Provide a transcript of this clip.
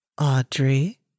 Audrey